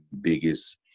biggest